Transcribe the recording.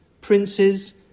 princes